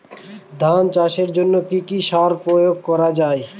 ধান চাষের জন্য কি কি সার প্রয়োগ করা য়ায়?